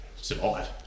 survive